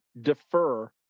defer